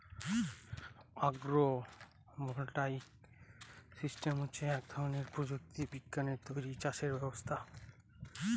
আগ্র voltaic system হচ্ছে এক ধরনের প্রযুক্তি বিজ্ঞানে তৈরী চাষের ব্যবস্থা